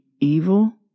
evil